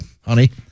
honey